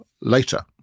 later